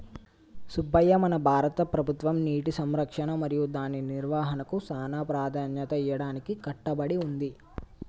సుబ్బయ్య మన భారత ప్రభుత్వం నీటి సంరక్షణ మరియు దాని నిర్వాహనకు సానా ప్రదాన్యత ఇయ్యడానికి కట్టబడి ఉంది